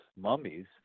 mummies